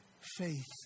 faith